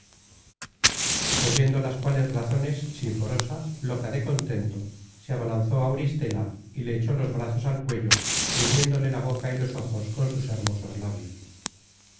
oyendo las cuales razones sinforosa loca de contento se content from google book search generated at dole la boca y los ojos con sus hermosos labios